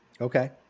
Okay